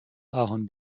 ahorn